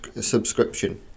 subscription